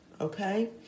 Okay